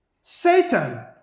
Satan